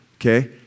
Okay